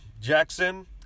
Jackson